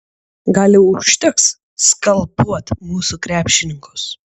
gal jau užteks skalpuot mūsų krepšininkus